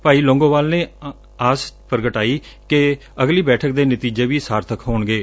ਭਾਈ ਲੌਂਗੋਵਾਲ ਨੇ ਆਸ ਪ੍ਰਗਟਾਈ ਏ ਕਿ ਅਗਲੀ ਬੈਠਕ ਦੇ ਨਤੀਜੇ ਵੀ ਸਾਰਬਿਕ ਹੋਣਗੇ